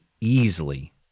easily